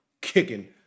kicking